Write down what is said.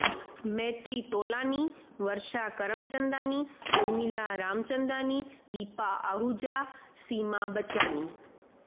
Metri Tolani Varsha Karamchandani Urmila Ramchandani Deepa Ahuja Seema Bachani